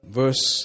verse